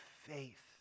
faith